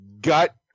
gut